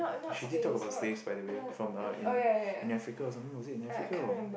she did talk about slaves by the way from uh in in Africa or something is it in Africa or